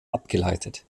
abgeleitet